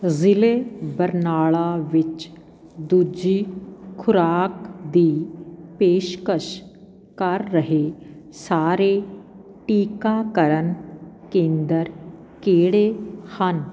ਜ਼ਿਲ੍ਹੇ ਬਰਨਾਲਾ ਵਿੱਚ ਦੂਜੀ ਖੁਰਾਕ ਦੀ ਪੇਸ਼ਕਸ਼ ਕਰ ਰਹੇ ਸਾਰੇ ਟੀਕਾਕਰਨ ਕੇਂਦਰ ਕਿਹੜੇ ਹਨ